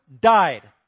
died